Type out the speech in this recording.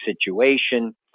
situation